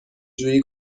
جویی